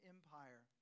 Empire